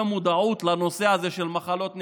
מודעות לנושא הזה של מחלות נדירות.